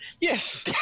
yes